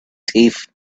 teeth